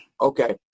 Okay